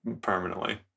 permanently